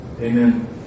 amen